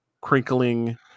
crinkling